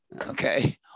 okay